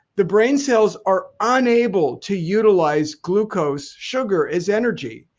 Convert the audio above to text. the brain cells are unable to utilize glucose sugar as energy.